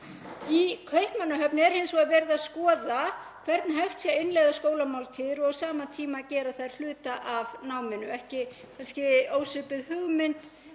Í Kaupmannahöfn er hins vegar verið að skoða hvernig hægt sé að innleiða skólamáltíðir og á sama tíma gera það hluta af náminu. Þetta er ekki ósvipuð hugmynd,